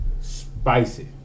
Spicy